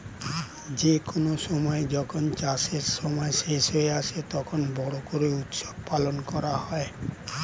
যে কোনো বছর যখন চাষের সময় শেষ হয়ে আসে, তখন বড়ো করে উৎসব পালন করা হয়